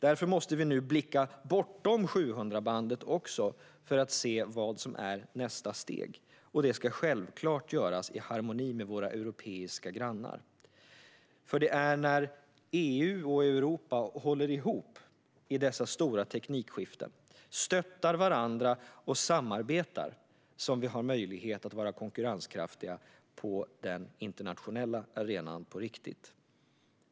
Därför måste vi nu blicka bortom 700-bandet för att se vad som är nästa steg, och det ska självklart göras i harmoni med våra europeiska grannar. Det är när EU och Europa håller ihop i dessa stora teknikskiften, stöttar varandra och samarbetar som vi har möjlighet att på riktigt vara konkurrenskraftiga på den internationella arenan.